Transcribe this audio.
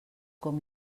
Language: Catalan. com